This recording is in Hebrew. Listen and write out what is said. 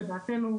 לדעתנו,